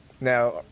Now